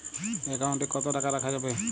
Account কত টাকা রাখা যাবে?